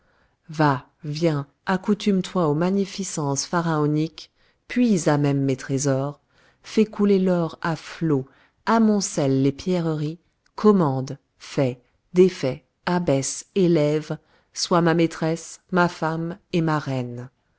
va viens accoutume toi aux magnificences pharaoniques puise à même mes trésors fais couler l'or à flots amoncelle les pierreries commande fais défais abaisse élève sois ma maîtresse ma femme et ma